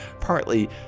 partly